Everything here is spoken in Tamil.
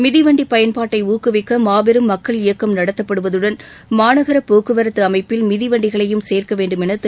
மிதி வண்டி பயன்பாட்டை ஊக்குவிக்க மாபெரும் மக்கள் இயக்கம் நடத்தப்படுவதுடன் மாநகர போக்குவரத்து அமைப்பில் மிதி வண்டிகளையும் சேர்க்க வேண்டும் என திரு